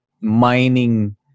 mining